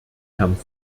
herrn